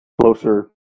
closer